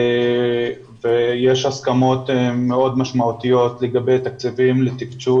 ויש הסכמות מאוד משמעותיות לגבי תקציבים לתקצוב